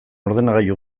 ordenagailu